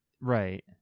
Right